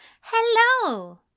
Hello